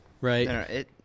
right